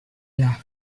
laugh